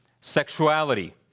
sexuality